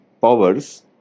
powers